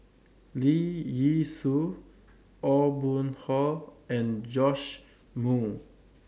Lee Yee Soo Aw Boon Haw and Joash Moo